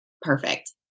Perfect